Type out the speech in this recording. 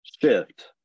shift